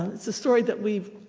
it's a story that we've